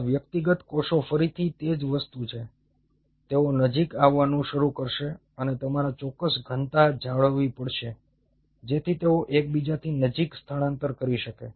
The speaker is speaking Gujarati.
આ વ્યક્તિગત કોષો ફરીથી તે જ વસ્તુ છે તેઓ નજીક આવવાનું શરૂ કરશે અને તમારે ચોક્કસ ઘનતા જાળવવી પડશે જેથી તેઓ એકબીજાની નજીક સ્થળાંતર કરી શકે